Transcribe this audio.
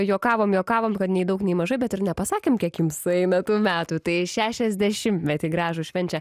juokavom juokavom kad nei daug nei mažai bet ir nepasakėm kiek jums sueina tų metų tai šešiasdešimtmetį gražų švenčia